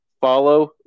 follow –